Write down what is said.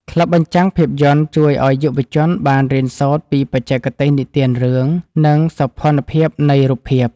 ក្លឹបបញ្ចាំងភាពយន្តជួយឱ្យយុវជនបានរៀនសូត្រពីបច្ចេកទេសនិទានរឿង និងសោភ័ណភាពនៃរូបភាព។